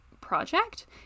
project